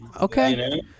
Okay